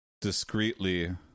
discreetly